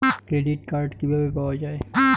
Credit card কিভাবে পাওয়া য়ায়?